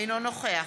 אינו נוכח